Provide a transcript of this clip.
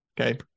Okay